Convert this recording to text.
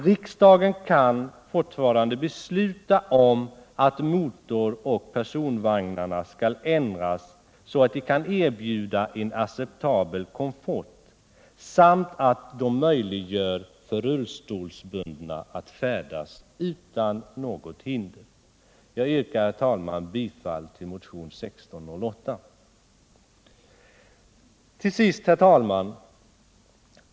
Riksdagen kan fortfarande besluta om att motoroch personvagnarna skall ändras så att de kan erbjuda en acceptabel komfort samt att de möjliggör för rullstolsbundna att färdas utan något hinder. Jag yrkar bifall till motionen 1608.